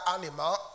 animal